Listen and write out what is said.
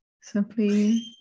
simply